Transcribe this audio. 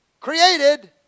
created